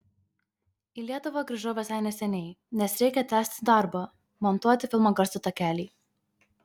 į lietuvą grįžau visai neseniai nes reikia tęsti darbą montuoti filmo garso takelį